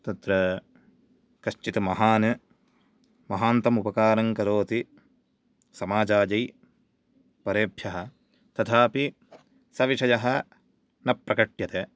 तत्र कश्चित् महान् महान्तमुपकारं करोति समाजायै परेभ्यः तथापि सविषयः न प्रकट्यते